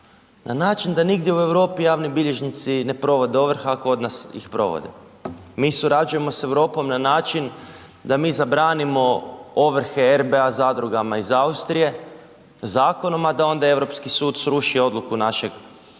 Na način da nigdje u Europi javni bilježnici ne provode ovrhe, a kod nas ih provode. Mi surađujemo s Europom na način da mi zabranimo ovrhe RBA zadrugama iz Austrije zakonom, a da onda Europski sud sruši odluku našeg